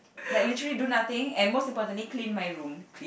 like literally do nothing and most importantly clean my room